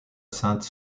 sainte